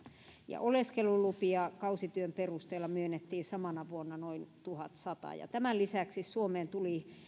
ja oleskelulupia kausityön perusteella myönnettiin samana vuonna noin tuhatsata ja tämän lisäksi suomeen tuli